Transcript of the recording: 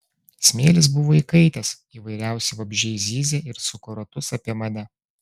smėlis buvo įkaitęs įvairiausi vabzdžiai zyzė ir suko ratus apie mane